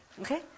Okay